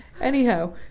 Anyhow